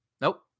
Nope